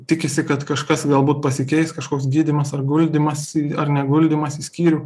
tikisi kad kažkas galbūt pasikeis kažkoks gydymas ar guldymas į ar neguldymas į skyrių